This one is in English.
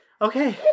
Okay